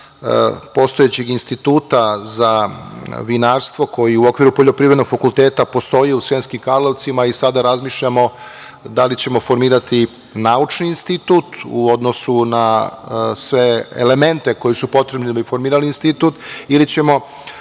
postojećeg Instituta za vinarstvo koji u okviru Poljoprivrednog fakulteta postoji u Sremskim Karlovcima i sada razmišljamo da li ćemo formirati naučni institut u odnosu na sve elemente koji su potrebni da bi formirali institut ili ćemo